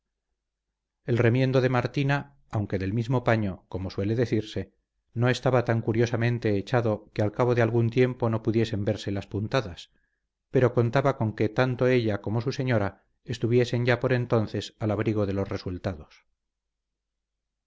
el remiendo de martina aunque del mismo paño como suele decirse no estaba tan curiosamente echado que al cabo de algún tiempo no pudiesen verse las puntadas pero contaba con que tanto ella como su señora estuviesen ya por entonces al abrigo de los resultados